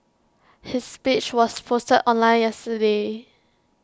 his speech was posted online yesterday